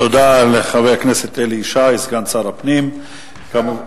תודה לחבר הכנסת אלי ישי, סגן, שר הפנים, כמובן.